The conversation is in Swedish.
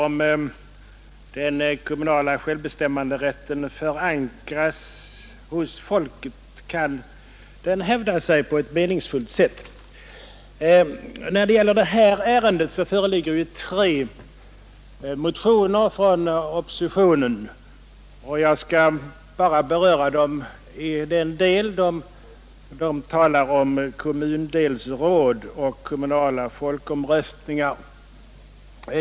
Om den kommunala självbestämmanderätten får god lokal förankring kan den hävda sig på ett meningsfullt sätt. När det gäller det ärende som vi nu behandlar föreligger tre motioner från oppositionen, och jag skall bara beröra dem i den del de talar om kommundelsråd och kommunala folkomröstningar.